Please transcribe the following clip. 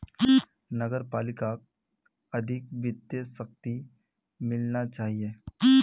नगर पालिकाक अधिक वित्तीय शक्ति मिलना चाहिए